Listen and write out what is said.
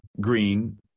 green